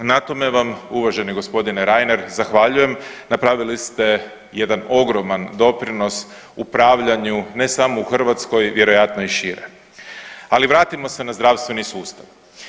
Na tome vam uvaženi g. Reiner zahvaljujem, napravili ste jedan ogroman doprinos u upravljanju ne samo u Hrvatskoj vjerojatno i šire, ali vratimo se na zdravstveni sustav.